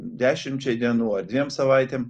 dešimčiai dienų ar dviem savaitėm